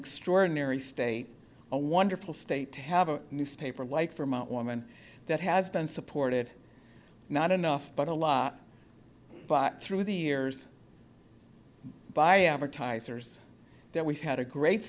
extraordinary state a wonderful state to have a newspaper like vermont woman that has been supported not enough but a lot through the years by advertisers that we've had a great